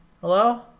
Hello